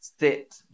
sit